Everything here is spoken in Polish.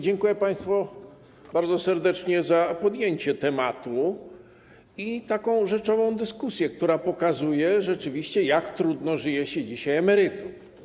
Dziękuję państwu bardzo serdecznie za podjęcie tematu i taką rzeczową dyskusję, która pokazuje rzeczywiście, jak trudno żyje się dzisiaj emerytom.